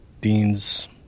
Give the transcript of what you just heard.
Dean's